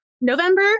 November